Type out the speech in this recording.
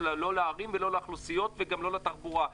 לערים ולא לאוכלוסיות וגם לא לתחבורה.